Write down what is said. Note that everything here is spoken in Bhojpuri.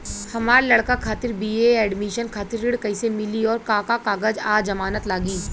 हमार लइका खातिर बी.ए एडमिशन खातिर ऋण कइसे मिली और का का कागज आ जमानत लागी?